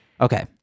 Okay